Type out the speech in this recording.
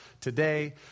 today